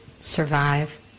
survive